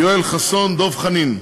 יואל חסון ודב חנין,